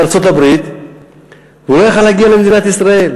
מארצות-הברית הוא לא יכול היה להגיע למדינת ישראל.